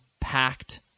packed